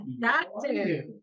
doctor